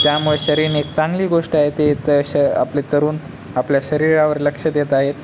त्यामुळे शरीरानी चांगली गोष्ट आहे ते तसे आपले तरुण आपल्या शरीरावर लक्ष देत आहेत